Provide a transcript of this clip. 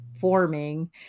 forming